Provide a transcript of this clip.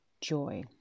joy